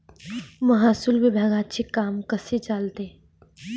महसूल विभागाचे काम कसे चालते?